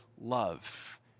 love